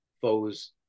foes